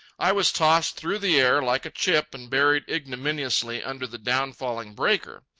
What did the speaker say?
i was tossed through the air like a chip and buried ignominiously under the downfalling breaker.